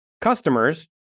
customers